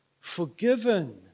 forgiven